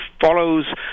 follows